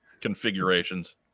configurations